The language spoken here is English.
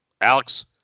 Alex